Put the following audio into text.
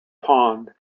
pond